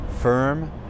firm